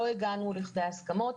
לא הגענו לכדי הסכמות.